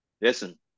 listen